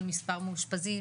על מס' מאושפזים,